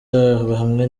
hamwe